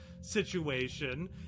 situation